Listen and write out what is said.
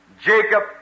Jacob